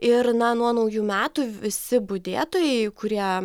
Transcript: ir na nuo naujų metų visi budėtojai kurie